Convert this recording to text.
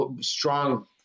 strong